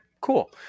Cool